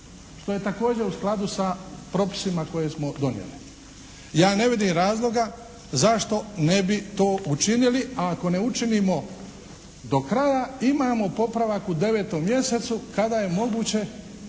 što je također u skladu sa propisima koje smo donijeli. Ja ne vidim razloga zašto ne bi to učinili. A ako ne učinimo do kraja imamo popravak u 9. mjesecu kada je moguće